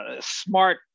Smart